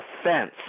offense